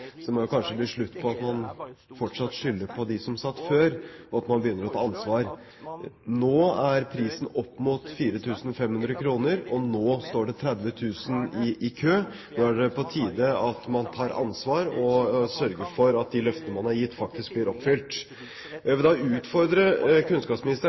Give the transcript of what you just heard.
Så det må kanskje bli slutt på at man fortsatt skylder på dem som satt før, og at man begynner å ta ansvar. Nå er prisen opp mot 4 500 kr, og nå står det 30 000 i kø. Nå er det på tide at man tar ansvar og sørger for at de løftene man har gitt, faktisk blir oppfylt. Jeg vil utfordre kunnskapsministeren